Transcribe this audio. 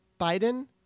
Biden